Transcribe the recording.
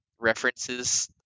references